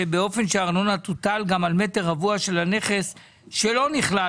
שהארנונה תוטל גם על מטר רבוע של הנכס שלא נכלל